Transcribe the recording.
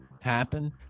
happen